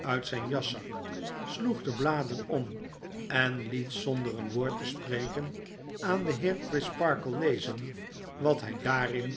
uit zyn jaszak sloeg de bladen om en liet zonder een woord te spreken aan den heer crisparkle lezen wat hy daarin